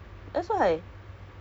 hello